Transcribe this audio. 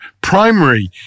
primary